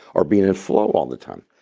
or being in flow all the time?